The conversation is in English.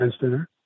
Center